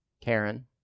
Karen